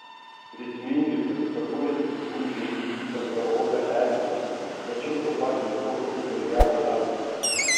ritmingi pasikartojantys dūžiai į įtemptą odą erzino tačiau tuo pat metu atliko ir gerą darbą